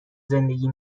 زندگی